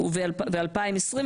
וב-2023,